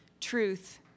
truth